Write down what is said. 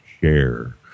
share